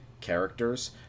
characters